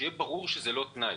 שיהיה ברור שזה לא תנאי.